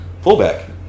Fullback